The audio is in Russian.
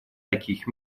таких